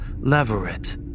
Leveret